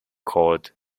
called